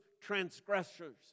transgressors